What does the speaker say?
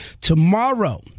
Tomorrow